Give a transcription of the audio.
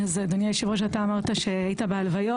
אז אדוני יושב הראש, אתה אמרת שהיית בהלוויות.